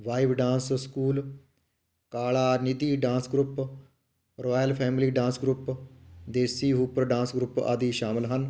vibe dance school Kalanidhi dance group royal family dance group Desi hooper dance group ਆਦਿ ਸ਼ਾਮਿਲ ਹਨ